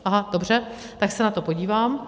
Aha, dobře, tak se na to podívám.